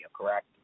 correct